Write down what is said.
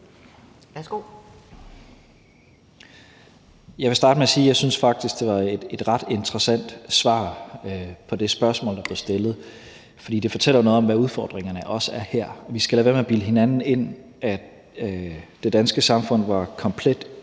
Jeg vil starte med at sige, at jeg faktisk synes, at det var et ret interessant svar på det spørgsmål, der blev stillet, for det fortæller noget om, hvad udfordringerne også er her. Vi skal lade være med at bilde hinanden ind, at vi i det danske samfund var komplet